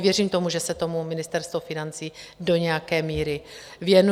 Věřím tomu, že se tomu Ministerstvo financí do nějaké míry věnuje.